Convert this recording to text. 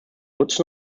nutzen